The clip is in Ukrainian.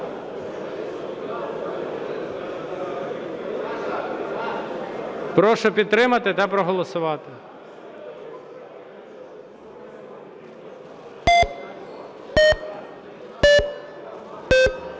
Прошу підтримати та проголосувати.